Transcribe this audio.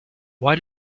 why